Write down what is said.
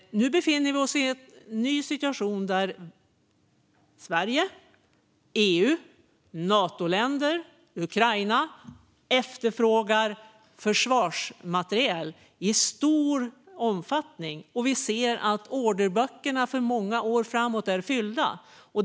Nu befinner vi oss i en ny situation där Sverige, EU, Natoländer och Ukraina efterfrågar försvarsmateriel i stor omfattning. Vi ser att orderböckerna är fyllda för många år framåt.